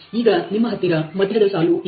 ಈಗ ನಿಮ್ಮ ಹತ್ತಿರ ಮಧ್ಯದ ಸಾಲು ಇದೆ